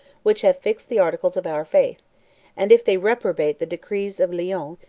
which have fixed the articles of our faith and if they reprobate the decrees of lyons,